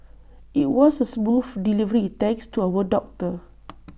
IT was A smooth delivery thanks to our doctor